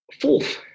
Fourth